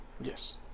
yes